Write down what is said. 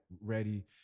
ready